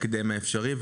בהקדם האפשרי.